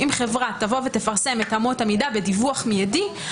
שאם חברה תבוא ותפרסם את אמות המידה בדיווח מידי,